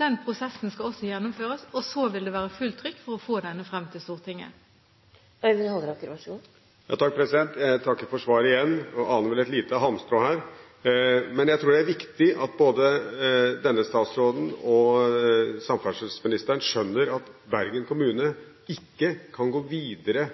Den prosessen skal også gjennomføres. Så vil det være fullt trykk på å få denne frem til Stortinget. Jeg takker igjen for svaret og aner vel et lite halmstrå her. Men jeg tror det er viktig at både denne statsråden og samferdselsministeren skjønner at Bergen kommune ikke kan gå videre